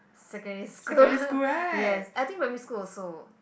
secondary school yes I think primary school also